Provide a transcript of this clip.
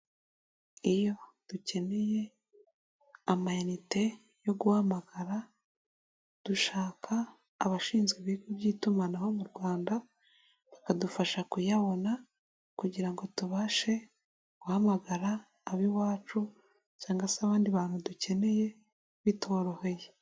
Iyo dukeneye amayinite yo guhamagara dushaka abashinzwe ibigo by'itumanaho mu Rwanda bakadufasha kuyabona kugira ngo tubashe guhamagara ab'iwacu cyangwa se abandi bantu dukeneye bitworoheye.